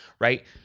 right